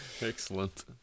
Excellent